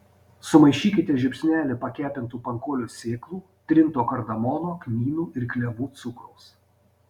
sumaišykite žiupsnelį pakepintų pankolio sėklų trinto kardamono kmynų ir klevų cukraus